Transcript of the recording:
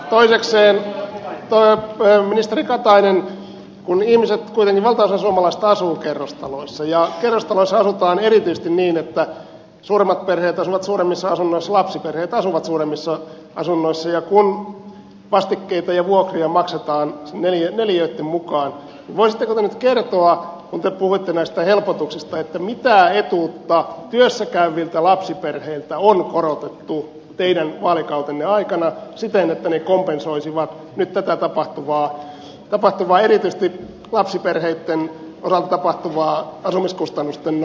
toisekseen ministeri katainen kun kuitenkin valtaosa suomalaisista asuu kerrostaloissa ja kerrostaloissa asutaan erityisesti niin että suuremmat perheet asuvat suuremmissa asunnoissa lapsiperheet asuvat suuremmissa asunnoissa ja vastikkeita ja vuokria maksetaan neliöitten mukaan niin voisitteko te nyt kertoa kun te puhuitte näistä helpotuksista mitä etuutta työssä käyviltä lapsiperheiltä on korotettu teidän vaalikautenne aikana siten että ne kompensoisivat nyt tätä erityisesti lapsiperheitten osalta tapahtuvaa asumiskustannusten nousua